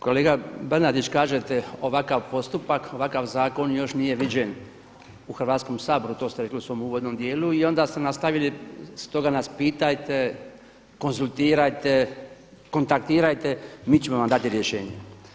Kolega Bernardić, kažete ovakav postupak, ovakav zakon još nije viđen u Hrvatskom saboru, to ste rekli u svom uvodnom dijelu i onda ste nastavili stoga nas pitajte, konzultirajte, kontaktirajte mi ćemo vam dati rješenje.